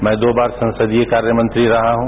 मैं दो बार संसदीय कार्य मंत्री रहा हूं